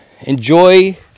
enjoy